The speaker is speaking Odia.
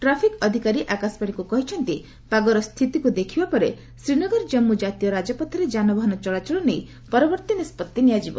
ଟ୍ରାଫିକ୍ ଅଧିକାରୀ ଆକାଶବାଣୀକୁ କହିଛନ୍ତି ପାଗର ସ୍ଥିତିକୁ ଦେଖିବା ପରେ ଶ୍ରୀନଗର କମ୍ପୁ ଜାତୀୟ ରାଜପଥରେ ଯାନବାହନ ଚଳାଚଳ ନେଇ ପରବର୍ତ୍ତୀ ନିଷ୍କଭି ନିଆଯିବ